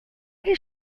does